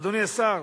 אדוני השר,